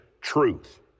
truth